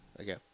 Okay